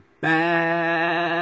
bad